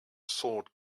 sword